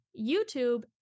YouTube